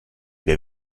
wir